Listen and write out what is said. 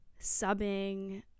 subbing